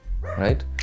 right